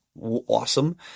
awesome